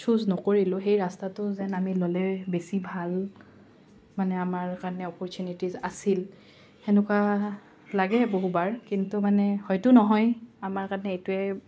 choose নকৰিলোঁ সেই ৰাস্তাটো যেন আমি ল'লে বেছি ভাল মানে আমাৰ কাৰণে অপৰচুনেটিচ আছিল সেনেকুৱা লাগে বহুবাৰ কিন্তু মানে হয়তো নহয় আমাৰ কাৰণে এইটোৱে